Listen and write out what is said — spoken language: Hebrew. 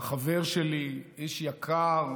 מה שמגיע לו,